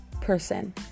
person